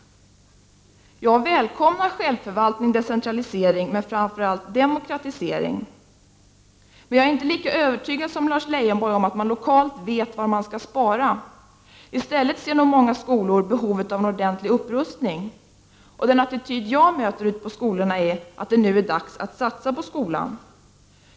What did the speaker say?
Jag välkomnar självförvaltning och decentralisering, men framför allt demokratisering. Jag är inte lika övertygad som Lars Leijonborg om att man lokalt vet var man skall spara. I stället ser nog många skolor behovet av en ordentlig upprustning som det primära. Den attityd jag möter ute på skolorna är att det nu är dags att satsa på skolan.